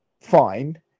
fine